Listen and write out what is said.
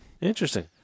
interesting